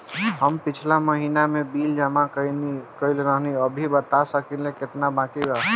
हम पिछला महीना में बिल जमा कइले रनि अभी बता सकेला केतना बाकि बा?